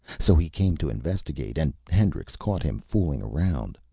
so he came to investigate, and hendrix caught him fooling around.